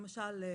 למשל,